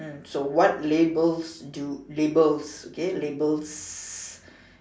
hmm so what labels do labels k labels